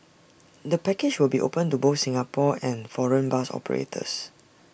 the package will be open to both Singapore and foreign bus operators